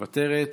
מוותרת,